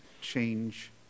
change